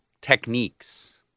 techniques